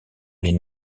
les